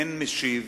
אין משיב,